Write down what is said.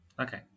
Okay